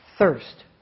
thirst